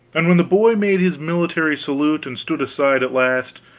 and when the boy made his military salute and stood aside at last,